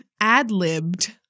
ad-libbed